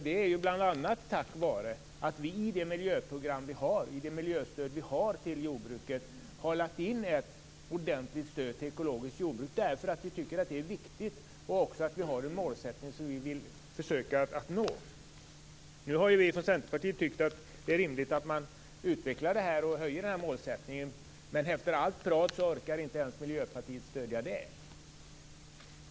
Det är det bl.a. tack vare att vi har lagt in ett ordentligt stöd till ekologiskt jordbruk i det miljöstöd vi har till jordbruket. Det har vi gjort därför att vi tycker att det är viktigt. Vi har en målsättning som vi vill försöka att nå. Nu har vi i Centerpartiet tyckt att det är rimligt att man utvecklar det här och höjer målsättningen. Men efter allt prat orkar Miljöpartiet inte ens stödja det.